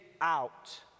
out